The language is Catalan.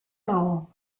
maó